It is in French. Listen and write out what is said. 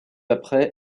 après